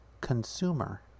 Consumer